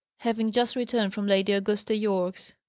having just returned from lady augusta yorke's.